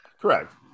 Correct